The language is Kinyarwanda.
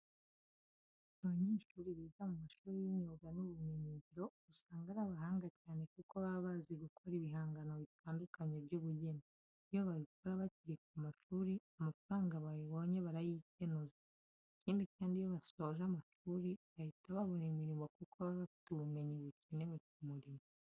Abanyeshuri biga mu mashuri y'imyuga n'ubumenyingiro, usanga ari abahanga cyane kuko baba bazi gukora ibihangano bitandukanye by'ubugeni. Iyo babikora bakiri ku mashuri, amafaranga babonye barayikenuza. Ikindi kandi, iyo basoje amashuri bahita babona imirimo kuko baba bafite ubumenyi bukenewe ku murimo.